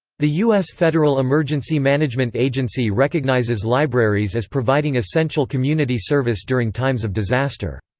the u s. federal emergency management agency recognizes libraries as providing essential community service during times of disaster.